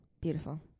Beautiful